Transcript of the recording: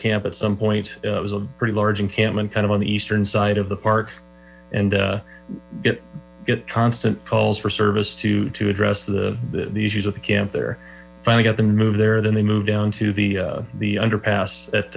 camp at some point it was a petty large encampment kind of on the eastern side of the park and you get constant calls for service to to address the issues with the camp there finally got them move there then they moved down to the the underpass at